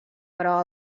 però